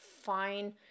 fine